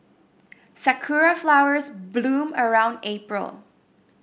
sakura flowers bloom around April